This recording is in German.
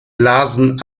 lasen